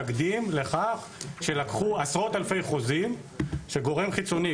תקדים לכך שלקחו עשרות אלפי חוזים שגורם חיצוני,